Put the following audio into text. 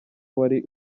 wari